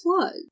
plug